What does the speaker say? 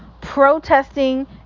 protesting